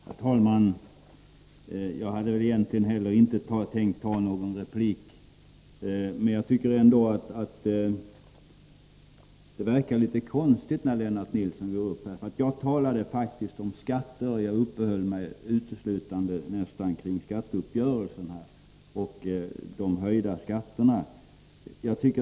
Herr talman! Jag hade egentligen inte heller tänkt ge någon replik, men jag tycker att det som Lennart Nilsson sade verkade litet konstigt. Jag talade faktiskt om skatter, och jag uppehöll mig nästan uteslutande vid skatteuppgörelsen och de höjda skatterna.